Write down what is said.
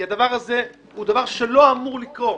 כי הדבר הזה הוא דבר שלא אמור לקרות.